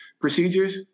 procedures